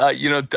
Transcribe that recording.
ah you know,